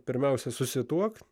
pirmiausia susituokt